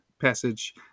passage